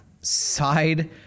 side